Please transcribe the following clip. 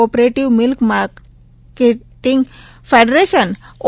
operative milk marketing federation O